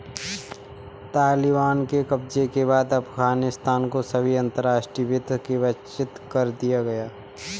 तालिबान के कब्जे के बाद अफगानिस्तान को सभी अंतरराष्ट्रीय वित्त से वंचित कर दिया गया